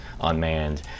unmanned